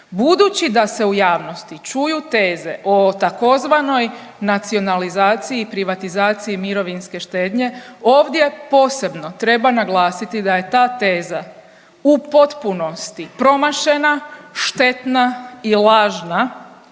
Budući da se u javnosti čuju teze o tzv. nacionalizaciji i privatizaciji mirovinske štednje ovdje posebno treba naglasiti da je ta teza u potpunosti promašena, štetna i lažna